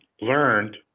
learned